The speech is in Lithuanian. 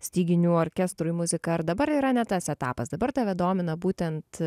styginių orkestrui muziką ar dabar yra ne tas etapas dabar tave domina būtent